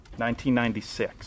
1996